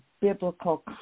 biblical